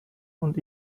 und